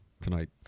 tonight